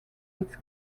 its